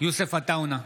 יוסף עטאונה,